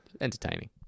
entertaining